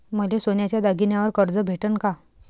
मले सोन्याच्या दागिन्यावर कर्ज भेटन का?